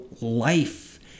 life